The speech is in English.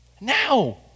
Now